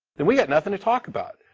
and we have nothing to talk about.